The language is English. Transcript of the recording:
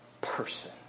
person